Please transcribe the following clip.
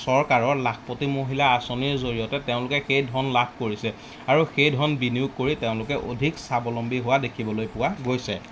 চৰকাৰৰ লাখপতি মহিলা আঁচনিৰ জৰিয়তে তেওঁলোকে সেই ধন লাভ কৰিছে আৰু সেই ধন বিনিয়োগ কৰি তেওঁলোকে অধিক স্বাৱলম্বী হোৱা দেখিবলৈ পোৱা গৈছে